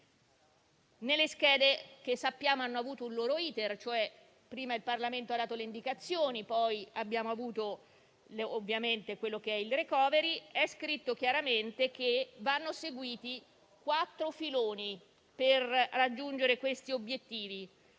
Nelle schede, che sappiamo aver avuto il loro *iter* - prima il Parlamento ha dato delle indicazioni e poi abbiamo avuto ovviamente il *recovery* - è scritto chiaramente che vanno seguiti quattro filoni per raggiungere detti obiettivi: